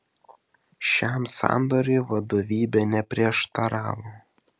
šiam sandoriui vadovybė neprieštaravo